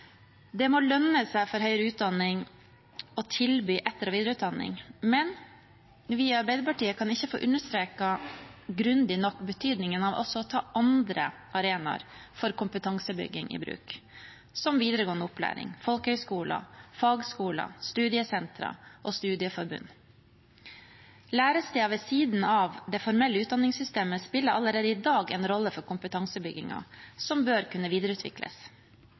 Det må lønne seg for høyere utdanning å tilby etter- og videreutdanning, men vi i Arbeiderpartiet kan ikke få understreket grundig nok betydningen av også å ta andre arenaer for kompetansebygging i bruk – som videregående opplæring, folkehøyskoler, fagskoler, studiesentre og studieforbund. Læresteder ved siden av det formelle utdanningssystemet spiller allerede i dag en rolle for kompetansebyggingen som bør kunne videreutvikles.